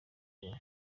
rubavu